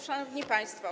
Szanowni Państwo!